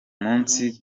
munsi